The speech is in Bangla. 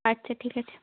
আচ্ছা ঠিক আছে